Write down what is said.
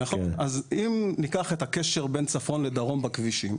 אם ניקח את הקשר בין צפון לדרום בכבישים,